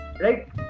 right